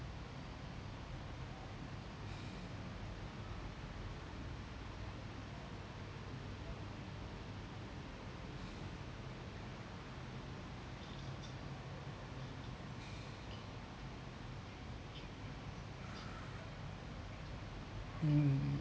mm